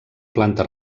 planta